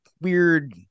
weird